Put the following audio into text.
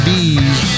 Bees